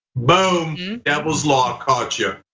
boom that was law, caught you,